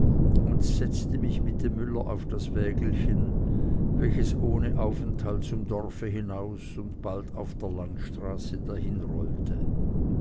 und setzte mich mit dem müller auf das wägelchen welches ohne aufenthalt zum dorfe hinaus und bald auf der landstraße